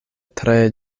tre